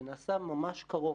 זה נעשה ממש קרוב.